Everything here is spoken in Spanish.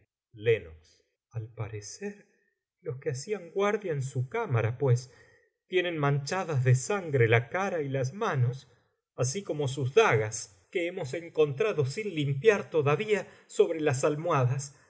quién al parecer los que hacían guardia en su cámara pues tienen manchadas de sangre la cara y las manos así como sus dagas acto segundo escena m que hemos encontrado sin limpiar todavía sobre las almohadas